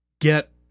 get